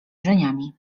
żeniami